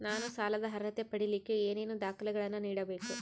ನಾನು ಸಾಲದ ಅರ್ಹತೆ ಪಡಿಲಿಕ್ಕೆ ಏನೇನು ದಾಖಲೆಗಳನ್ನ ನೇಡಬೇಕು?